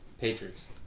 Patriots